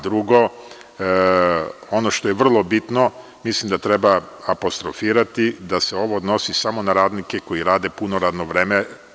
Drugo, ono što je vrlo bitno, mislim da treba apostrofirati da se ovo odnosi samo na radnike koji rade puno radne vreme.